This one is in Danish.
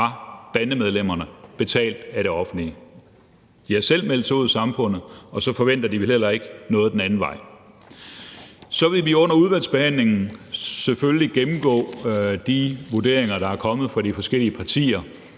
fra bandemedlemmerne. De har selv meldt sig ud af samfundet, og så kan de vel heller ikke forvente sig noget den anden vej. Så vil vi under udvalgsbehandlingen selvfølgelig gennemgå de vurderinger, der er kommet fra de forskellige partier.